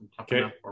Okay